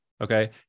Okay